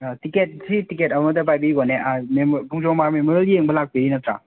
ticket ꯁꯤ ticket ꯑꯃꯇ ꯄꯥꯏꯕꯤꯈꯣꯅꯦ ꯈꯣꯡꯖꯣꯝ ꯋꯥꯔ ꯃꯦꯃꯣꯔꯤꯌꯦꯜ ꯌꯦꯡꯕ ꯂꯥꯛꯄꯤꯔꯤ ꯅꯠꯇ꯭ꯔꯣ